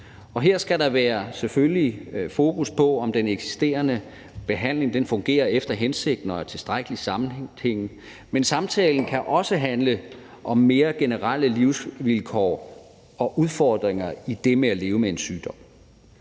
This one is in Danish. der selvfølgelig være fokus på, om den eksisterende behandling fungerer efter hensigten og er tilstrækkelig sammenhængende, men samtalen kan også handle om mere generelle livsvilkår og udfordringer ved det med at leve med en sygdom.